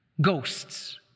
ghosts